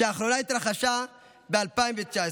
שהאחרונה התרחשה ב-2019.